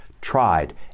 tried